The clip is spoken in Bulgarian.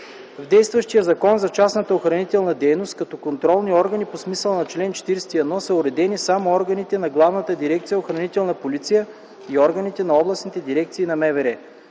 В действащия Закон за частната охранителна дейност като контролни органи по смисъла на чл. 41 са уредени само органите на Главна дирекция „Охранителна полиция” и органите на областните дирекции на МВР.